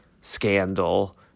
scandal